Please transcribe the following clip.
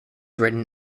written